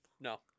no